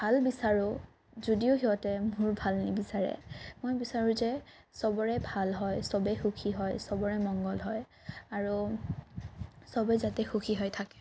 ভাল বিচাৰোঁ যদিও সিহঁতে মোৰ ভাল নিবিচাৰে মই বিচাৰোঁ যে চবৰে ভাল হয় চবেই সুখী হয় চবৰে মংগল হয় আৰু চবেই যাতে সুখী হৈ থাকে